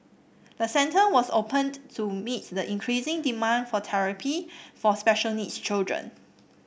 the centre was opened to meet the increasing demand for therapy for special needs children